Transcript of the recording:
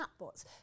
chatbots